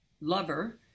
lover